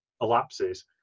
elapses